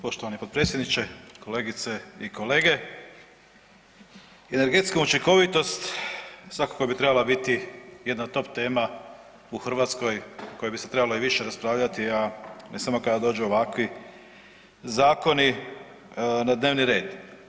Poštovani potpredsjedniče, kolegice i kolege, energetska učinkovitost svakako bi trebala biti jedna od top tema u Hrvatskoj koja bi se i trebala više raspravljati, a ne samo kada dođu ovakvi zakoni na dnevni red.